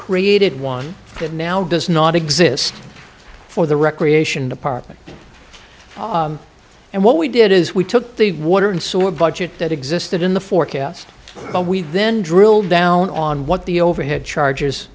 created one that now does not exist for the recreation department and what we did is we took the water and saw a budget that existed in the forecast but we then drilled down on what the overhead charges